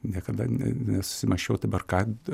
niekada ne nesusimąsčiau dabar ką